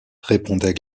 répondait